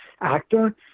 actor